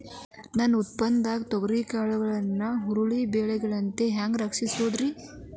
ನನ್ನ ಉತ್ಪನ್ನವಾದ ತೊಗರಿಯ ಕಾಳುಗಳನ್ನ ಹುಳ ಬೇಳದಂತೆ ಹ್ಯಾಂಗ ರಕ್ಷಿಸಿಕೊಳ್ಳಬಹುದರೇ?